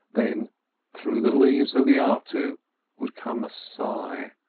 then through the leaves of the artu would come a sigh,